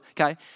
Okay